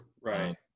Right